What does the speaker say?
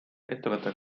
ettevõtte